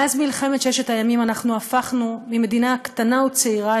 מאז מלחמת ששת הימים אנחנו הפכנו ממדינה קטנה וצעירה